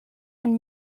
and